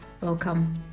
Welcome